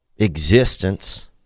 existence